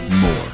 more